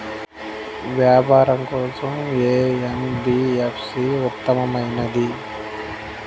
వ్యాపారం కోసం ఏ ఎన్.బీ.ఎఫ్.సి ఉత్తమమైనది?